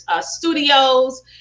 studios